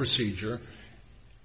procedure